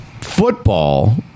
football